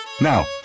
Now